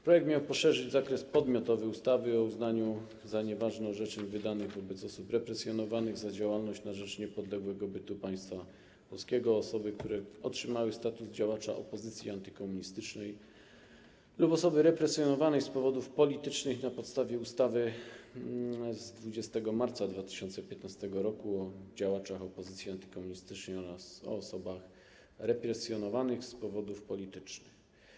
Projekt miał poszerzyć zakres podmiotowy ustawy o uznaniu za nieważne orzeczeń wydanych wobec osób represjonowanych za działalność na rzecz niepodległego bytu państwa polskiego o osoby, które otrzymały status działacza opozycji antykomunistycznej lub osoby represjonowanej z powodów politycznych na podstawie ustawy z 20 marca 2015 r. o działaczach opozycji antykomunistycznej oraz o osobach represjonowanych z powodów politycznych.